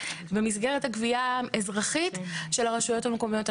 במסגרת הגבייה האזרחית של הרשויות המקומיות.